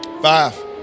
Five